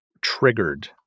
triggered